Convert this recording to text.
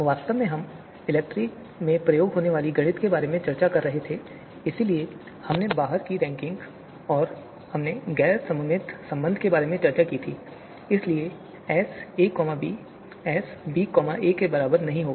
वास्तव में हम इलेक्ट्री में प्रयोग होने वाली गणित के बारे में चर्चा कर रहे थेI इसीलिए हमने बाहर की रैंकिंग और हमने गैर सममित संबंध के बारे में चर्चा की थी इसलिए Sab Sba के बराबर नहीं होगा